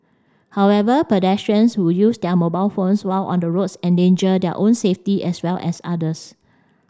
however pedestrians who use their mobile phones while on the roads endanger their own safety as well as others